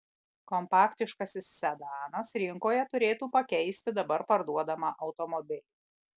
kompaktiškasis sedanas rinkoje turėtų pakeisti dabar parduodamą automobilį